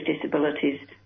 disabilities